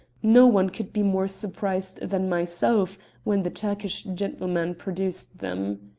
no one could be more surprised than myself when the turkish gentleman produced them.